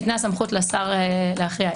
וניתנה הסמכות לשר להכריע.